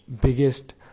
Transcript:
biggest